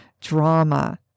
drama